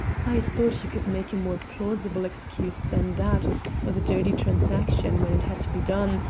i thought you could make a more plausible excuse than that for the dirty transaction when it had to be done,